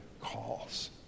calls